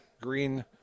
Green